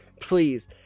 please